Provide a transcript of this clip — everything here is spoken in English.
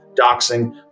doxing